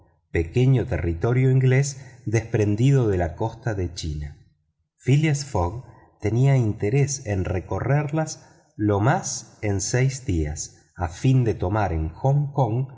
pequeño territorio inglés desprendido de la costa de china phileas fogg tenía interés en recorrerias lo más en seis días a fin de tomar en hong kong